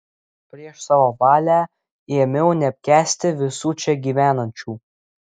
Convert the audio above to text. prieš savo valią ėmiau neapkęsti visų čia gyvenančių